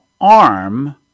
Arm